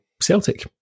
Celtic